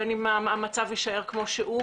בין אם המצב יישאר כמו שהוא,